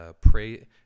pray